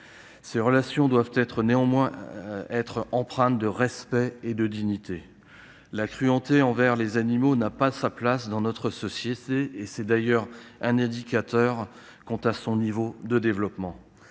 Ces relations doivent néanmoins être empreintes de respect et de dignité. La cruauté envers les animaux n'a pas sa place dans notre société ; elle constitue d'ailleurs un indicateur de son niveau de développement.